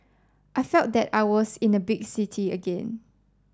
I felt that I was in a big city again